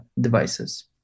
devices